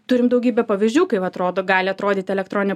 turim daugybę pavyzdžių kai atrodo gali atrodyti elektroninė